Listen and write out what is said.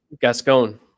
gascon